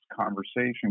conversation